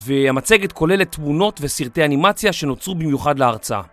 והמצגת כוללת תמונות וסרטי אנימציה שנוצרו במיוחד להרצאה